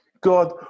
God